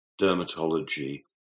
dermatology